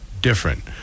different